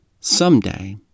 someday